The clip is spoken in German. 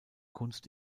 kunst